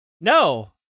No